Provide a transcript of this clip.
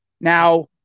Now